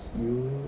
you